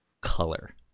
color